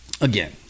again